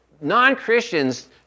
non-Christians